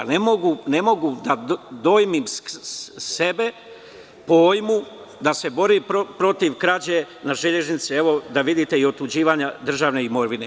Ne mogu da dojmim sebe pojmu da se bori protiv krađe na železnici i otuđivanja državne imovine.